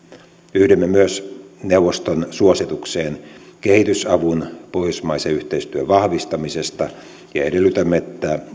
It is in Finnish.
yhdymme myös neuvoston suositukseen kehitysavun pohjoismaisen yhteistyön vahvistamisesta ja edellytimme